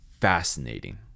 fascinating